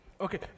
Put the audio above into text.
Okay